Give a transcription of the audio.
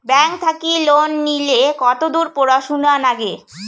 Bank থাকি loan নিলে কতদূর পড়াশুনা নাগে?